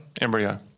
Embryo